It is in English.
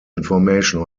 information